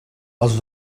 els